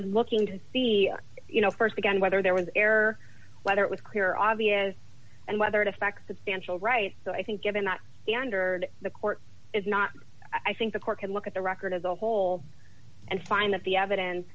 is looking to see you know st again whether there was error whether it was clear obvious and whether it affects substantial rights so i think given that standard the court is not i think the court can look at the record as a whole and find that the evidence